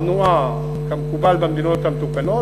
תנועה כמקובל במדינות המתוקנות,